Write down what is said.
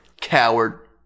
Coward